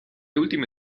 ultime